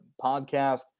podcast